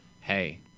Hey